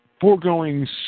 foregoing